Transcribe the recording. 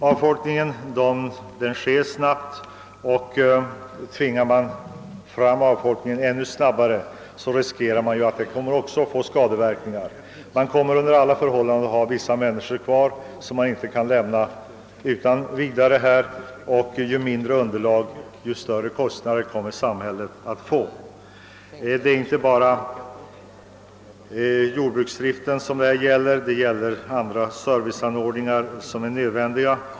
Avfolkningen sker snabbt, och tvingar man fram den ännu snabbare riskerar man att det blir skadeverkningar. Under alla förhållanden kommer det att finnas människor i dessa bygder vilka inte kan lämnas åsido utan vidare, och ju mindre underlag desto större kostnader kommer samhället att få. Det är inte bara jordbruksdriften det gäller utan också de serviceanordningar som är nödvändiga.